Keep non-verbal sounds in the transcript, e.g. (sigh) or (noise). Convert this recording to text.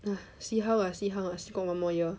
(breath) see how lah see how ah still got one more year